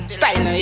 Style